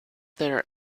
there